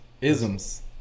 isms